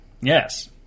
Yes